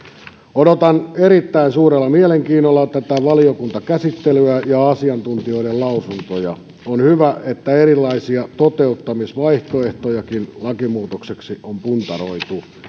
odotan erittäin suurella mielenkiinnolla valiokuntakäsittelyä ja asiantuntijoiden lausuntoja on hyvä että erilaisia toteuttamisvaihtoehtojakin lakimuutokseksi on puntaroitu